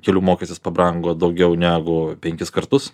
kelių mokestis pabrango daugiau negu penkis kartus